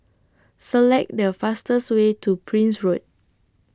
Select The fastest Way to Prince Road